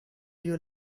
you